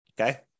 Okay